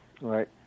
right